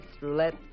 roulette